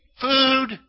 Food